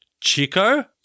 Chico-